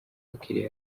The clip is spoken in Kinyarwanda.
abakiriya